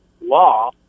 law